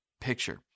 picture